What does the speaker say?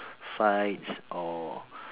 fights or